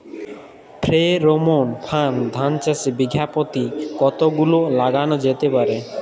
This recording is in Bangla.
ফ্রেরোমন ফাঁদ ধান চাষে বিঘা পতি কতগুলো লাগানো যেতে পারে?